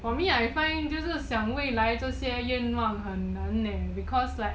for me I find 就是想未来这些愿望很难了 because like